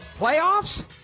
playoffs